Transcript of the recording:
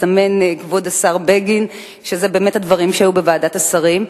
כבוד השר בגין מסמן שאלה באמת הדברים שהיו בוועדת השרים.